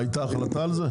הייתה החלטה על כך?